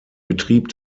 betrieb